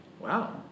wow